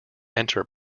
enter